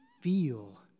feel